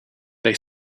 they